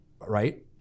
right